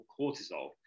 cortisol